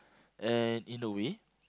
and in a way